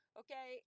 okay